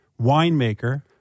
winemaker